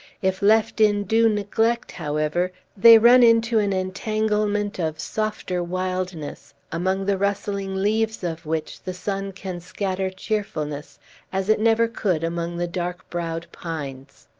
if left in due neglect, however, they run into an entanglement of softer wildness, among the rustling leaves of which the sun can scatter cheerfulness as it never could among the dark-browed pines.